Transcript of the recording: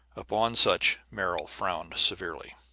upon such merrill frowned severely.